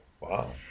Wow